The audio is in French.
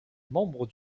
membre